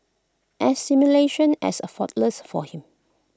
assimilation as effortless for him